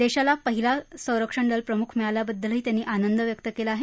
देशाला पहिला संरक्षणदलप्रमुख मिळाल्याबद्दल त्यांनी आनंद व्यक्त केला आहे